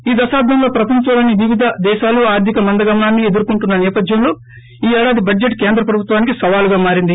ఈ దశాబ్దంలో ప్రపంచలోని వివిధ దేశాలు ఆర్థిక మందగమనాన్ని ఎదుర్కోంటున్న సేపథ్యంలో ఈ ఏడాది బడ్లెట్ కేంద్ర ప్రభుత్వానికి సవాలుగా మారింది